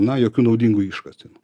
na jokių naudingųjų iškasenų